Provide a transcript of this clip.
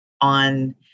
on